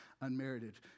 unmerited